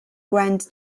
grand